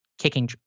kicking